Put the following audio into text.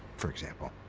for example.